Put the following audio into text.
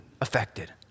affected